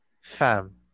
Fam